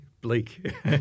bleak